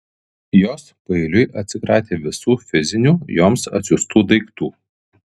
jos paeiliui atsikratė visų fizinių joms atsiųstų daiktų